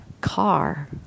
car